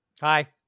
Hi